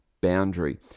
boundary